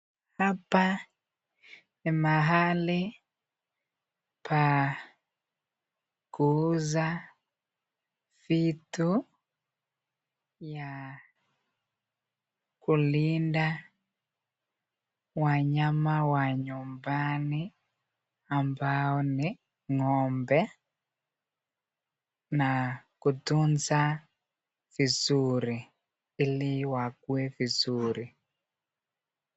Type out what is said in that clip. Hapa ni mahali pa kuuza vitu ya kulinda wanyama wa nyumbani ambao ni ngo'mbe na kutunza vizuri ili wakuwe vizuri.